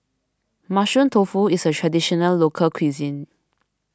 Mushroom Tofu is a Traditional Local Cuisine